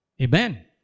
Amen